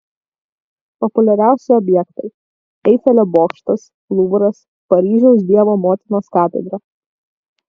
populiariausi objektai eifelio bokštas luvras paryžiaus dievo motinos katedra